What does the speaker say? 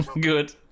good